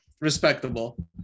respectable